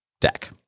deck